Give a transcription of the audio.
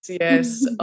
yes